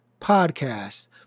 podcast